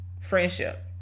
Friendship